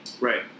Right